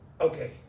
Okay